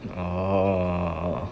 orh